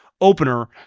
opener